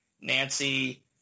Nancy